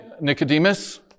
Nicodemus